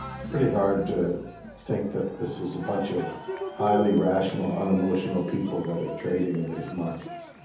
it's pretty hard to think that this is a bunch of highly rational, unemotional people that are trading in these markets.